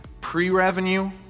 pre-revenue